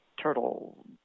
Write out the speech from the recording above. turtle